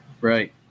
right